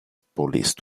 police